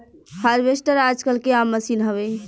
harvester आजकल के आम मसीन हवे